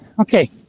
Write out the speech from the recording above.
Okay